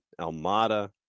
Almada